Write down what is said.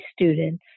students